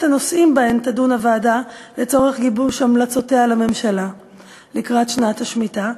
הנושאים שבהם תדון הוועדה לצורך גיבוש המלצותיה לממשלה לקראת שנת השמיטה,